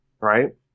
right